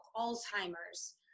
Alzheimer's